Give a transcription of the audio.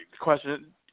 question